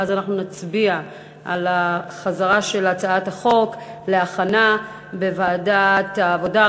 ואז אנחנו נצביע על החזרה של הצעת החוק להכנה בוועדת העבודה,